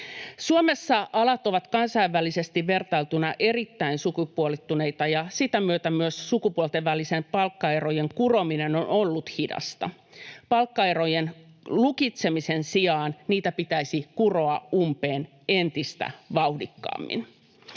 Suomessa alat ovat kansainvälisesti vertailtuina erittäin sukupuolittuneita, ja sitä myötä myös sukupuolten välisten palkkaerojen kurominen on ollut hidasta. Palkkaerojen lukitsemisen sijaan niitä pitäisi kuroa umpeen entistä vauhdikkaammin.